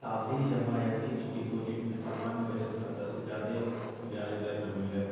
सावधि जमा या फिक्स्ड डिपाजिट में सामान्य बचत खाता से ज्यादे ब्याज दर मिलय हय